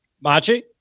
Machi